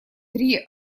три